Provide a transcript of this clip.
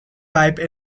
pipe